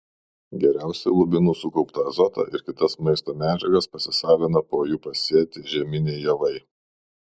geriausiai lubinų sukauptą azotą ir kitas maisto medžiagas pasisavina po jų pasėti žieminiai javai